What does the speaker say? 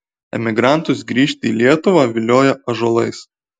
emigrantus grįžti į lietuvą vilioja ąžuolais